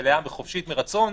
מלאה וחופשית מרצון,